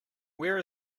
where